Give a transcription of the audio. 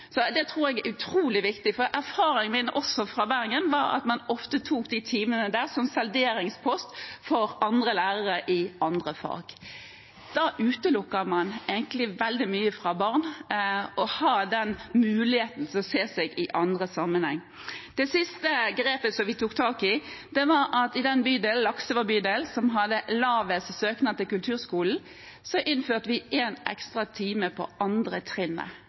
det. Det tror jeg er utrolig viktig, for erfaringen min – også fra Bergen – er at man ofte tok disse timene som salderingspost for lærere i andre fag. Da utelukker man egentlig barn veldig mye fra muligheten til å se seg selv i andre sammenhenger. Det siste grepet som vi tok, var at i den bydelen – Laksevåg bydel – som hadde lavest søknad til kulturskolen, innførte vi én ekstra time på